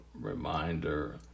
reminder